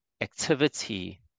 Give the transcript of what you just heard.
activity